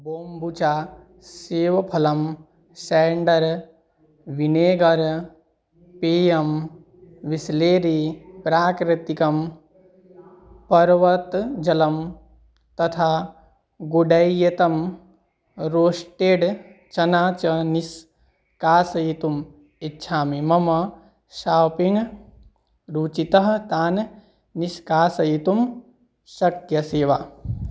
बोम्बूचा सेवफलम् cider vinegar पेयम् विस्लेरी प्राकृतिकं पर्वतजलम् तथा गुडैयतं रोस्टेड् चना च निष्कासयितुम् इच्छामि मम शाप्पिङ्ग् सूचीतः तान् निष्कासयितुं शक्यसे वा